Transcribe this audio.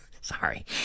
sorry